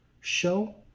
show